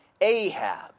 Ahab